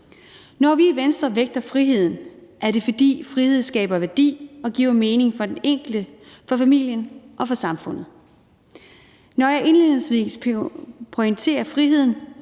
Når vi i Venstre vægter friheden, er det, fordi frihed skaber værdi og giver mening for den enkelte, for familien og for samfundet. Når jeg indledningsvis pointerer friheden,